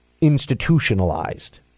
institutionalized